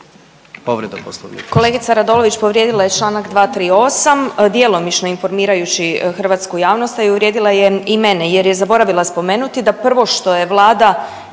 Kolegica Radolović povrijedila je čl. 238. djelomično informirajući hrvatsku javnost, a i uvrijedila je i mene jer je zaboravila spomenuti da prvo što je Vlada